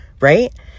right